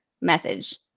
message